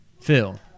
Phil